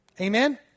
Amen